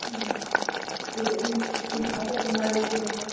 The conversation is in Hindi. फिर विंध्याचल घूमा देती हूँ